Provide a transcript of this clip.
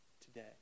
today